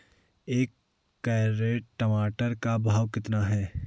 एक कैरेट टमाटर का भाव कितना है?